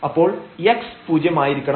അപ്പോൾ x പൂജ്യം ആയിരിക്കണം